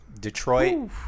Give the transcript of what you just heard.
Detroit